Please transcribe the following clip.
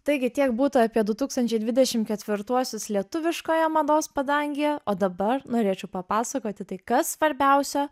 taigi tiek būtų apie du tūkstančiai dvidešim ketvirtuosius lietuviškoje mados padangėje o dabar norėčiau papasakoti tai kas svarbiausio